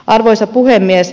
arvoisa puhemies